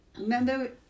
Remember